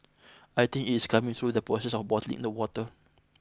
I think it is coming through the process of bottling the water